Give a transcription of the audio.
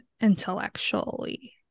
intellectually